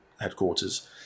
headquarters